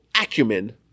acumen